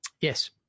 Yes